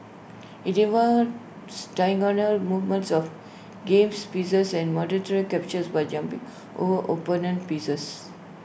IT involves diagonal movements of games pieces and mandatory captures by jumping over opponent pieces